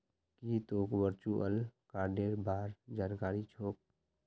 की तोक वर्चुअल कार्डेर बार जानकारी छोक